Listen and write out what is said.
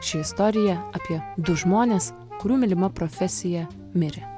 ši istorija apie du žmones kurių mylima profesija mirė